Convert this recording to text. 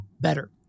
better